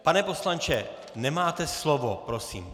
Pane poslanče, nemáte slovo, prosím.